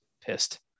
pissed